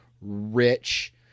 rich